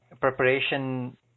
Preparation